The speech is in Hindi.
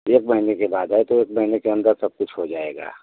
एक महीने के बाद है तो एक महीने के अन्दर सबकुछ हो जाएगा